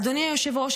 אדוני היושב-ראש,